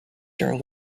during